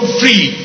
free